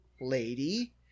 lady